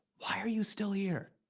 why are you still here?